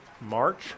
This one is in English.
March